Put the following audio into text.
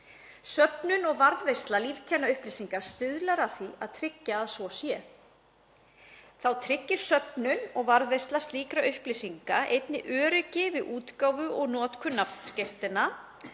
Söfnun og varðveisla lífkennaupplýsinga stuðlar að því að tryggja að svo sé. Þá tryggir söfnun og varðveisla slíkra upplýsinga einnig öryggi við útgáfu og notkun nafnskírteina,